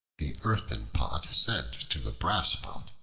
the earthen pot said to the brass pot,